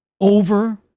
over